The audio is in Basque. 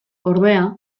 ordea